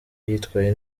yitwaye